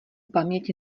paměť